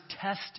test